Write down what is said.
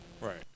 Right